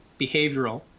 behavioral